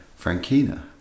Frankina